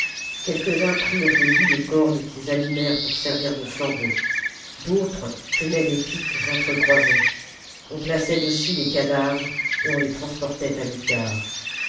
quelques-uns prirent des bouts de corde qu'ils allumèrent pour servir de flambeaux d'autres tenaient des piques entre croisées on plaçait dessus les cadavres et on les transportait à l'écart